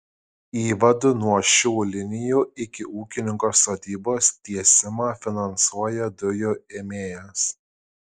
įvadų nuo šių linijų iki ūkininko sodybos tiesimą finansuoja dujų ėmėjas